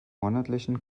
monatlichen